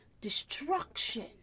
destruction